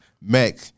Mac